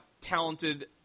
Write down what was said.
talented